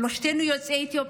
שלושתנו יוצאי אתיופיה.